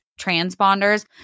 transponders